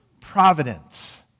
Providence